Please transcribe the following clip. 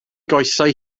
goesau